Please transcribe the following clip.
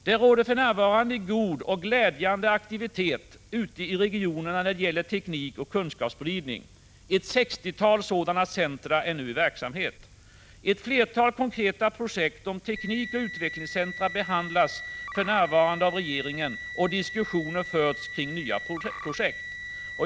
Det råder för närvarande en god och glädjande aktivitet ute i regionerna när det gäller teknikoch kunskapsspridning. Ett 60-tal centra är nu i verksamhet. Ett flertal konkreta projekt om teknikoch utvecklingscentra behandlas för närvarande av regeringen och diskussioner förs kring nya projekt.